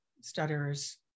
stutterers